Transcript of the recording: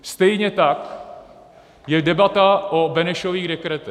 Stejně tak je debata o Benešových dekretech.